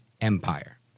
Empire